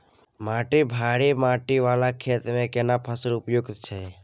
माटी भारी माटी वाला खेत में केना फसल उपयुक्त छैय?